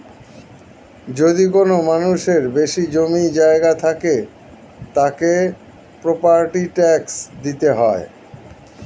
যদি কোনো মানুষের বেশি জমি জায়গা থাকে, তাকে প্রপার্টি ট্যাক্স দিতে হয়